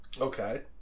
Okay